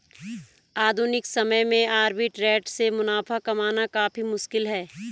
आधुनिक समय में आर्बिट्रेट से मुनाफा कमाना काफी मुश्किल है